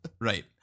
Right